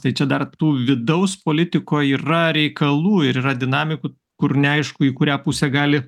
tai čia dar tų vidaus politikoj yra reikalų ir yra dinamikų kur neaišku į kurią pusę gali